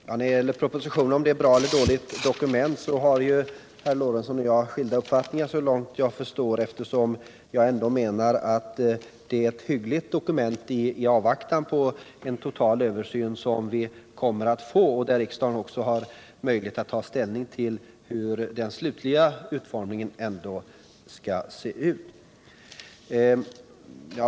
Herr talman! I frågan om propositionen är ett bra eller ett dåligt dokument har Gustav Lorentzon och jag skilda uppfattningar. Jag menar att den ändå är ett hyggligt dokument i avvaktan på den totala översyn som vi kommer att få, där riksdagen också har möjlighet att ta ställning till hur den slutliga utformningen skall se ut.